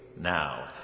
Now